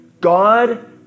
God